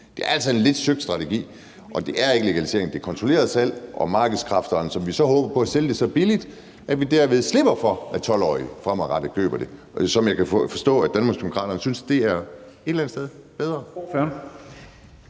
Det er altså en lidt søgt strategi. Det er ikke legalisering; det er kontrolleret salg og markedskræfterne, hvor vi så håber på at de sælger det så billigt, at vi derved slipper for, at 12-årige fremadrettet køber det, som jeg kan forstå at Danmarksdemokraterne et eller andet sted synes